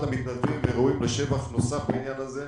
המתנדבים וראויים לשבח נוסף בעניין הזה.